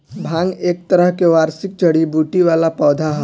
भांग एक तरह के वार्षिक जड़ी बूटी वाला पौधा ह